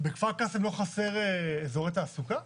בכפר קאסם לא חסרים אזורי תעסוקה?